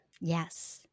Yes